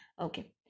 Okay